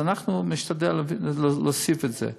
אז אנחנו נשתדל להוסיף את זה.